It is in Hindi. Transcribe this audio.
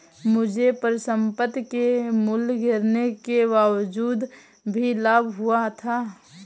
मुझे परिसंपत्ति के मूल्य गिरने के बावजूद भी लाभ हुआ था